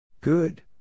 Good